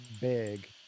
big